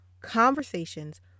conversations